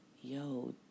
yo